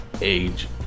Age